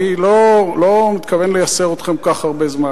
אני לא מתכוון לייסר אתכם כך הרבה זמן.